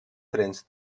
trens